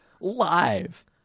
live